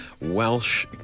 Welsh